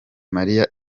marie